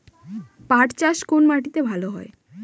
পাট চাষ কোন মাটিতে ভালো হয়?